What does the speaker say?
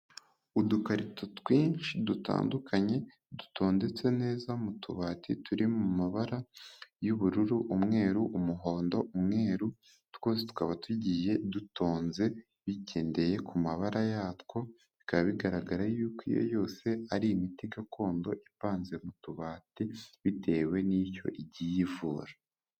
Udukarito twinshi dutandukanye dutondetse neza mu tubati turi mu mabara y'ubururu, umweru, umuhondo, umweru, twose tukaba tugiye dutonze bigendeye ku mabara yatwo, bikaba bigaragara yuko iyo yose ari imiti gakondo ivanze mu tubati bitewe n'icyo igiye ivura.